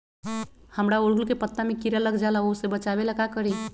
हमरा ओरहुल के पत्ता में किरा लग जाला वो से बचाबे ला का करी?